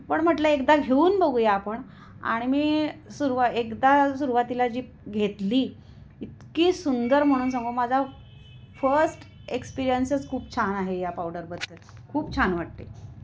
पण म्हटलं एकदा घेऊन बघूया आपण आणि मी सुरव एकदा सुरवातीला जी घेतली इतकी सुंदर म्हणून सांगू माझा फस्ट एक्सपीरियन्सच खूप छान आहे या पावडरबद्दल खूप छान वाटते